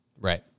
Right